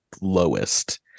lowest